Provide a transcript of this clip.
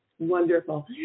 wonderful